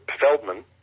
Feldman